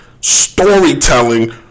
storytelling